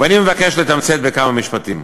ואני מבקש לתמצת בכמה משפטים: